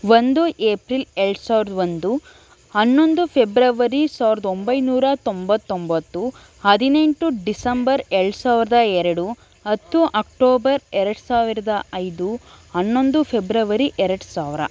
ಒಂದು ಏಪ್ರಿಲ್ ಎರಡು ಸಾವಿರದ ಒಂದು ಹನ್ನೊಂದು ಫೆಬ್ರವರಿ ಸಾವಿರದ ಒಂಬೈನೂರ ತೊಂಬತ್ತೊಂಬತ್ತು ಹದಿನೆಂಟು ಡಿಸಂಬರ್ ಎರಡು ಸಾವಿರದ ಎರಡು ಹತ್ತು ಅಕ್ಟೋಬರ್ ಎರಡು ಸಾವಿರದ ಐದು ಹನ್ನೊಂದು ಫೆಬ್ರವರಿ ಎರಡು ಸಾವಿರ